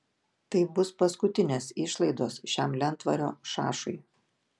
tai bus paskutinės išlaidos šiam lentvario šašui